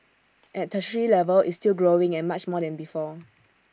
at tertiary level it's still growing and much more than before